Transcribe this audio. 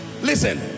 listen